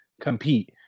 compete